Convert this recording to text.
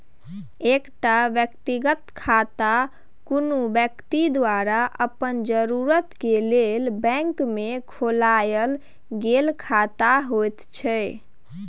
एकटा व्यक्तिगत खाता कुनु व्यक्ति द्वारा अपन जरूरत के लेल बैंक में खोलायल गेल खाता होइत छै